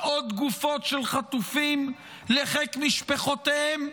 עוד גופות של חטופים לחיק משפחותיהם?